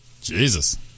Jesus